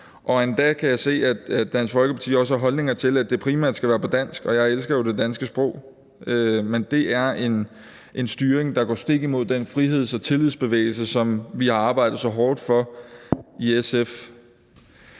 se, at Dansk Folkeparti også har holdninger til, at det primært skal være på dansk. Jeg elsker jo det danske sprog, men det er en styring, der går stik imod den friheds- og tillidsbevægelse, som vi har arbejdet så hårdt for i SF.